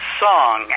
song